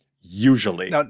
usually